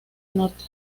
norte